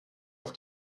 auf